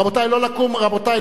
רבותי, לא לקום.